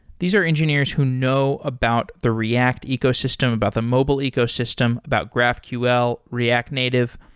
these are engineers who know about the react ecosystem, about the mobile ecosystem, about graphql, react native.